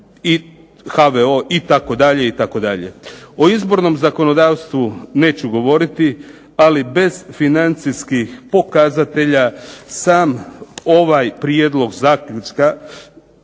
itd. O izbornom zakonodavstvu neću govoriti, ali bez financijskih pokazatelja sam ovaj prijedlog zaključka